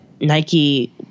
Nike